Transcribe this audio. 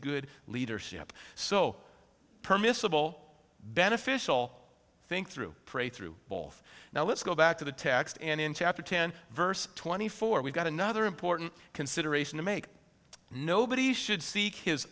good leadership so permissible beneficial think through pray through both now let's go back to the text and in chapter ten verse twenty four we've got another important consideration to make nobody should seek his